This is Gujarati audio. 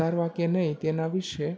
ઉતારવા કે નહીં તેના વિશે